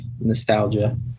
nostalgia